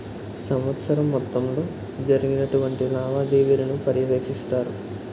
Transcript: సంవత్సరం మొత్తంలో జరిగినటువంటి లావాదేవీలను పర్యవేక్షిస్తారు